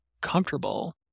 comfortable